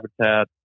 habitat